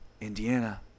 Indiana